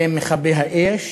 למכבי האש,